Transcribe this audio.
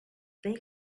thing